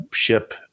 ship